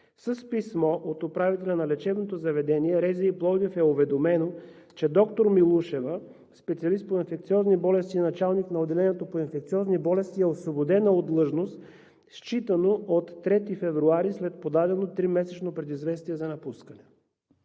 С писмо от управителя на лечебното заведение РЗИ – Пловдив, е уведомена, че доктор Милушева – специалист по инфекциозни болести и началник на отделението по инфекциозни болести, е освободена от длъжност, считано от 3 февруари, след подадено тримесечно предизвестие за напускане.